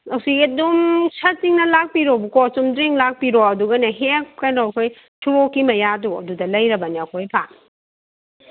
ꯑꯁꯤ ꯑꯗꯨꯝ ꯁꯠ ꯇꯤꯡꯅ ꯂꯥꯛꯄꯤꯔꯣꯕꯀꯣ ꯆꯨꯝꯗ꯭ꯔꯤꯡ ꯂꯥꯛꯄꯤꯔꯣ ꯑꯗꯨꯒꯅꯦ ꯍꯦꯛ ꯀꯩꯅꯣ ꯑꯩꯈꯣꯏ ꯁꯣꯔꯣꯛꯀꯤ ꯃꯌꯥꯗꯣ ꯑꯗꯨꯗ ꯂꯩꯔꯕꯅꯦ ꯑꯩꯈꯣꯏ ꯐꯥꯝ